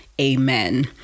amen